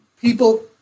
people